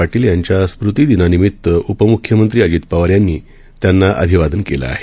पाटील यांच्या स्मतीदिनानिमीत उपमूख्यमंत्री अजित पवार यांनी त्यांना अभिवादन केलं आहे